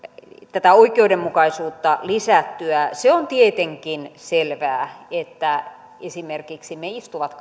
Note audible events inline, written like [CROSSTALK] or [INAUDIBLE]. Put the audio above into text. tätä oikeudenmukaisuutta lisättyä se on tietenkin selvää että toki esimerkiksi meillä istuvilla [UNINTELLIGIBLE]